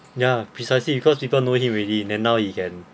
yeah precisely because people know him already then now he can